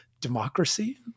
democracy